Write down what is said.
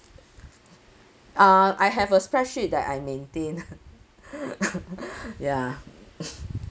ah I have a spreadsheet that I maintain ya